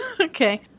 Okay